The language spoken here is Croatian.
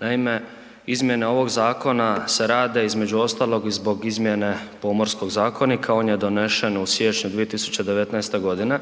Naime, izmjene ovog zakona se rade, između ostalog, zbog izmjene Pomorskog zakonika, on je donesen u siječnju 2019. g.